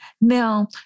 Now